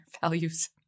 values